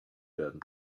werden